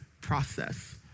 process